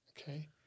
okay